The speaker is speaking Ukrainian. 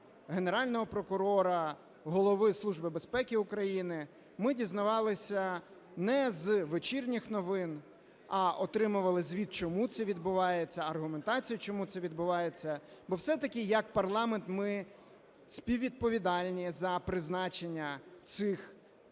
Генерального прокурора, Голови Служби безпеки України, ми дізнавалися не з вечірніх новин, а отримували звіт чому це відбувається, аргументацію чому це відбувається, бо все-таки, як парламент ми співвідповідальні за призначення цих персон.